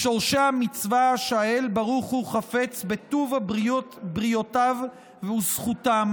"משורשי המצווה שהאל ברוך הוא חפץ בטוב בריותיו וזכותם